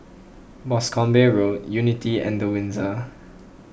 Boscombe Road Unity and the Windsor